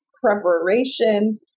preparation